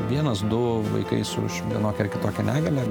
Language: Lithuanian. vienas du vaikai su vienokia ar kitokia negalia